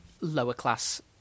lower-class